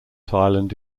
island